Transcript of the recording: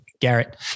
Garrett